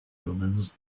omens